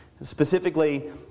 Specifically